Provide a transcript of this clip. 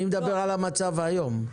אני מדבר על המצב היום.